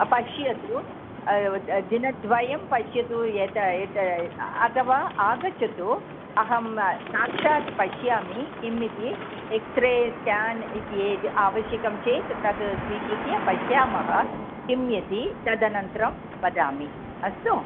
पश्यतु द दिनद्वयं पश्यतु यत एत अथवा आगच्छतु अहं साक्षात् पश्यामि किम् इति एक्स्रे स्क्यान् इति आवश्यकं चेत् तद् स्वीकृत्य पश्यामः किम् इति तदनन्तरं वदामि अस्तु